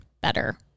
better